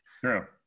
True